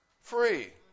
free